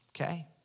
okay